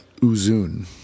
Uzun